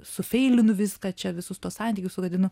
sufeilinu viską čia visus tuos santykius sugadinu